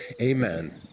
Amen